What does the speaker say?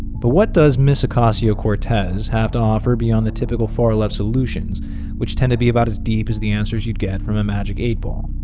but what does miss ocasio-cortez have to offer beyond the typical far-left solutions which tend be about as deep as the answers you'd get from a magic eight ball?